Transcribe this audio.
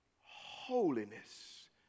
holiness